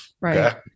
right